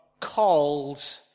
called